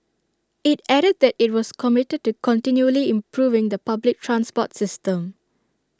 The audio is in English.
IT added that IT was committed to continually improving the public transport system